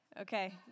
Okay